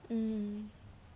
hmm